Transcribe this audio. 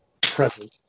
present